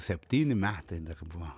septyni metai dar buvo